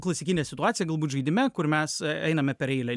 klasikinė situacija galbūt žaidime kur mes einame per eilę